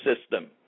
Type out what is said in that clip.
system